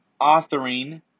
authoring